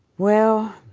well,